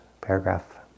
paragraph